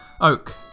Oak